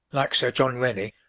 like sir john rennie,